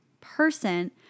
person